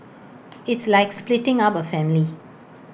it's like splitting up A family